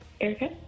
Erica